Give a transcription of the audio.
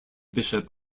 bishop